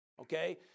Okay